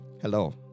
Hello